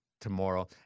tomorrow